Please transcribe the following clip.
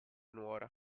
nuora